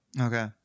Okay